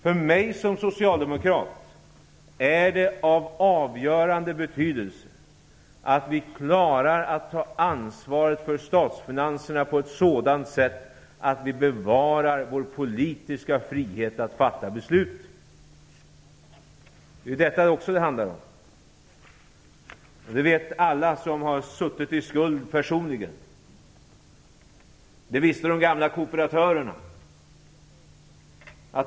För mig som socialdemokrat är det av avgörande betydelse att vi klarar att ta ansvar för statsfinanserna på ett sådant sätt att vi bevarar vår politiska frihet att fatta beslut. Det är detta det hela handlar om. Det vet alla som har haft en personlig skuld. Det visste de gamla kooperatörerna.